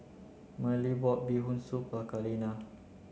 Merle bought bee hoon soup for Kaleena